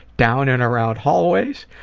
down and around hallways,